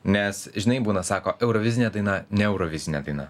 nes žinai būna sako eurovizinė daina ne eurovizinė daina